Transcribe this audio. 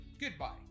Goodbye